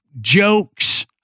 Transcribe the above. jokes